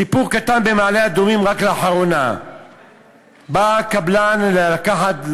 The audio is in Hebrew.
סיפור קטן: במעלה-אדומים רק לאחרונה בא קבלן לקחת,